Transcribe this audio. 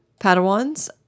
Padawans